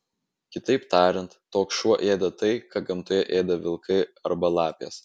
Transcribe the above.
kitaip tariant toks šuo ėda tai ką gamtoje ėda vilkai arba lapės